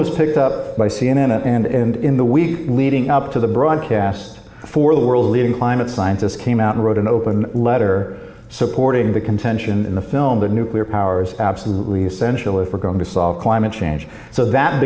was picked up by c n n and in the we leading up to the broadcast for the world's leading climate scientists came out and wrote an open letter supporting the contention in the film that nuclear powers absolutely essential if we're going to solve climate change so that